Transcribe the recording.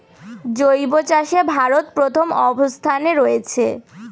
জৈব চাষে ভারত প্রথম অবস্থানে রয়েছে